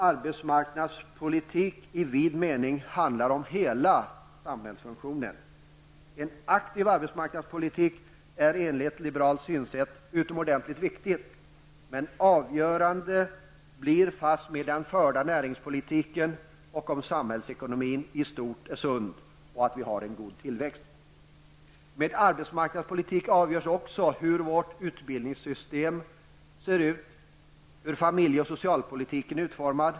Arbetsmarknadspolitik i vid mening handlar om hela samhällsfunktionen. En aktiv arbetsmarknadspolitik är enligt liberalt synsätt utomordentligt viktig, men avgörande blir fastmer den förda näringspolitiken. Det är viktigt att samhällsekonomin i stort sett är sund och att vi har en god tillväxt. Med arbetsmarknadspolitik avgörs också hur vårt utbildningssystem ser ut samt hur familje och socialpolitiken är utformad.